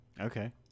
okay